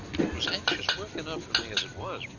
it was anxious work enough for me as it was.